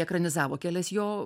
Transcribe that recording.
ekranizavo kelias jo